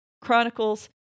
Chronicles